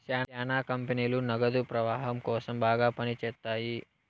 శ్యానా కంపెనీలు నగదు ప్రవాహం కోసం బాగా పని చేత్తాయి